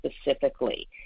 specifically